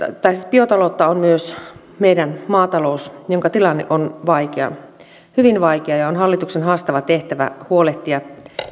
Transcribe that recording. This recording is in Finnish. biotaloutta on myös meidän maataloutemme jonka tilanne on vaikea hyvin vaikea on hallituksen haastava tehtävä huolehtia